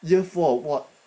year four or [what]